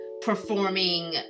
performing